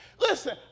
listen